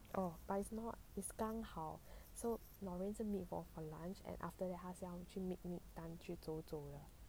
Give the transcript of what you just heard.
oh but it's not it's 刚好 so loraine 是 meet 我 for lunch and after that 他是要去 meet 去走走的